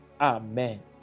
Amen